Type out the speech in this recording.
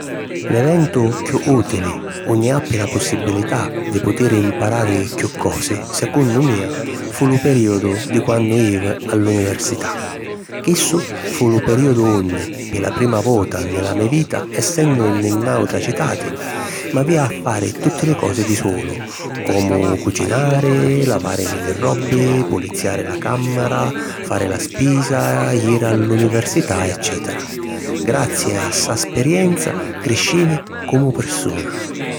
L'eventu chiù ùtili unni appi la possibilità di putiri mparari chiù cosi, secunnu mia, fu lu perìodu di quannu jivi a l’università. Chissu fu lu perìodu unni pi la prima vota nni la me vita, essennu nni nàutra citati, m'avìa a fari tutti li cosi di sulu, comu cucinari, lavàrimi li robbi, puliziari la càmmara, fari la spisa, jiri a l’università eccètera. Grazi a ssa esperienza criscivi comu pirsuna.